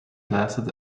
glasses